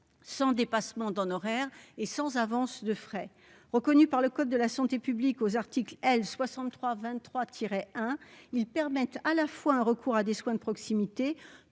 sans dépassement d'honoraires et sans avance de frais, reconnue par le code de la santé publique aux articles L. 63 23 tirer hein, ils permettent à la fois un recours à des soins de proximité